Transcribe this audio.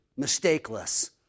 mistakeless